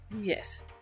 yes